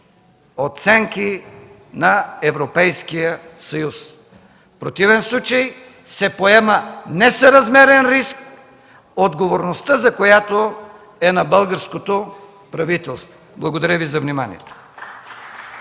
оценки на Европейския съюз. В противен случай се поема несъразмерен риск, отговорността за който е на българското правителство. Благодаря Ви за вниманието.